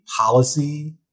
policy